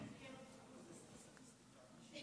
עשר דקות.